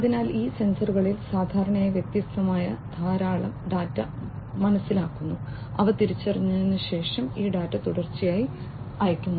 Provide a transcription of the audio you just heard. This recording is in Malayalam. അതിനാൽ ഈ സെൻസറുകൾ സാധാരണയായി വ്യത്യസ്തമായ ധാരാളം ഡാറ്റ മനസ്സിലാക്കുന്നു അവ തിരിച്ചറിഞ്ഞതിന് ശേഷം ഈ ഡാറ്റ തുടർച്ചയായി അയയ്ക്കുന്നു